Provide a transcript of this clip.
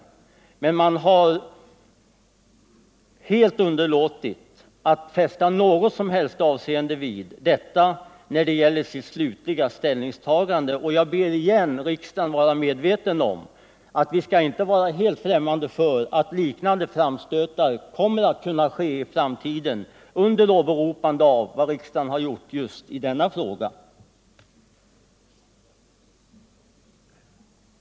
Men man har helt underlåtit att fästa något som helst avseende vid detta när det gäller det slutliga ställningstagandet, och jag ber återigen riksdagen att vara medveten om att vi inte får vara helt främmande för att liknande framstötar kommer att kunna ske i framtiden under åberopande av vad riksdagen har gjort just i denna fråga.